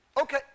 Okay